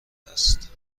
است